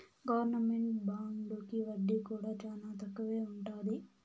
government బాండుకి వడ్డీ కూడా చానా తక్కువే ఉంటది